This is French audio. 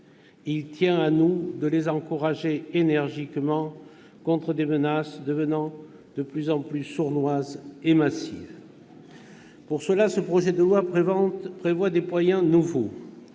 Il tient, à nous, de les encourager énergiquement contre des menaces devenant de plus en plus sournoises et massives. Pour cela, ce projet de loi prévoit des moyens nouveaux.